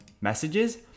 messages